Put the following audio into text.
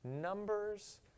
Numbers